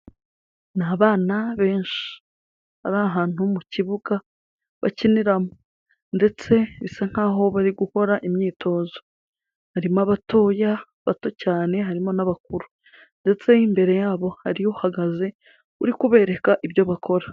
Ni abana benshi, bari ahantu mu kibuga bakiniramo ndetse bisa nk'aho bari gukora imyitozo, harimo abatoya, bato cyane harimo n'abakuru ndetse imbere yabo hari uhagaze uri kubereka ibyo bakora.